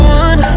one